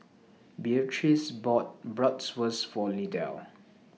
Beatrix bought Bratwurst For Lydell